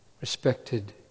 respected